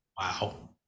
Wow